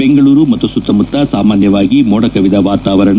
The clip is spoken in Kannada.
ಬೆಂಗಳೂರು ಮತ್ತು ಸುತ್ತಮುತ್ತ ಸಾಮಾನ್ಯವಾಗಿ ಮೋಡ ಕವಿದ ವಾತಾವರಣ